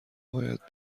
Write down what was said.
باید